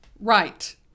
right